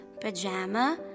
pajama